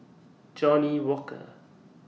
Johnnie Walker